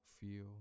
feel